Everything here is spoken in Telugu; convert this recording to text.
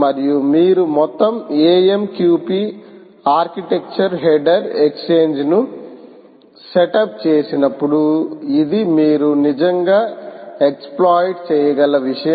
మరియు మీరు మొత్తం AMQP ఆర్కిటెక్చర్ హెడర్ ఎక్స్ఛేంజ్ను సెటప్ చేసినప్పుడు ఇధి మీరు నిజంగా ఎక్స్ప్లోయిట్ చేయగల విషయం